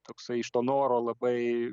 toksai iš to noro labai